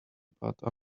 but